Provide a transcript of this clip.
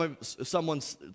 Someone's